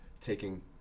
taking